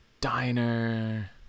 diner